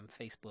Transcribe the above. Facebook